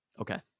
Okay